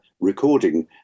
recording